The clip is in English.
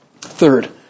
Third